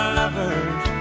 lovers